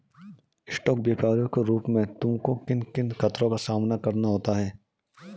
Stock व्यापरी के रूप में तुमको किन किन खतरों का सामना करना होता है?